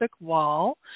wall